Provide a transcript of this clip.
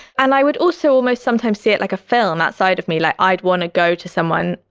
and i would also almost sometimes see it like a film that side of me, like i'd want to go to someone,